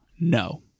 no